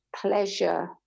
pleasure